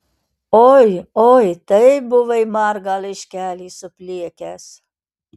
oi oi tai buvai margą laiškelį supliekęs